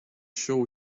sure